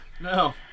No